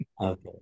Okay